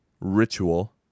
Ritual